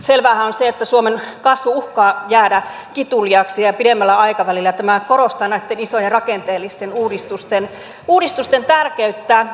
selväähän on se että suomen kasvu uhkaa jäädä kituliaaksi ja pidemmällä aikavälillä tämä korostaa näitten isojen rakenteellisten uudistusten tärkeyttä